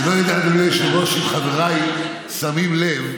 אני לא יודע, אדוני היושב-ראש, אם חבריי שמים לב,